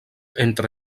entre